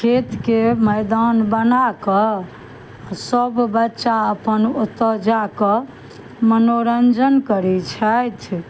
खेतके मैदान बनाकऽ सब बच्चा अपन ओतऽ जाकऽ मनोरञ्जन करै छथि